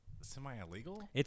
semi-illegal